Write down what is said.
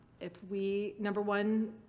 if we. number one,